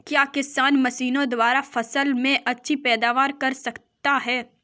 क्या किसान मशीनों द्वारा फसल में अच्छी पैदावार कर सकता है?